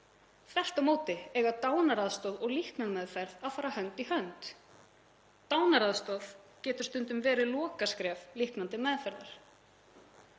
Þvert á móti eiga dánaraðstoð og líknarmeðferð að fara hönd í hönd. Dánaraðstoð getur stundum verið lokaskref líknandi meðferðar.